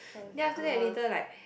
then after that later like